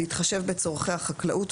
בהתחשב בצורכי החקלאות,